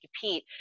compete